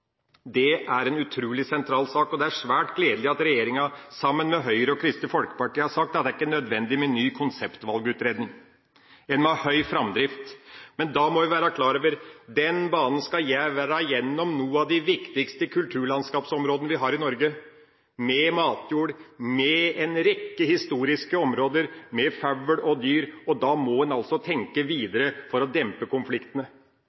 Bergensbanen, er en utrolig sentral sak, og det er svært gledelig at regjeringa sammen med Høyre og Kristelig Folkeparti har sagt at det ikke er nødvendig med ny konseptvalgutredning. En må ha høy framdrift, men da må vi være klar over: Den banen skal gå gjennom noen av de viktigste kulturlandskapsområdene vi har i Norge – med matjord, med en rekke historiske områder og med fugler og dyr. Da må en tenke videre for å dempe konfliktene.